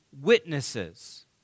witnesses